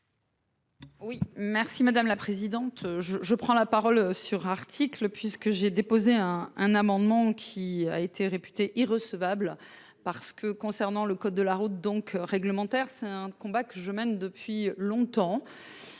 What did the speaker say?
Oui merci madame la présidente, je, je prends la parole sur article puisque j'ai déposé un un amendement qui a été réputé irrecevable. Parce que concernant le code de la route donc réglementaire. C'est un combat que je mène depuis longtemps.